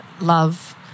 love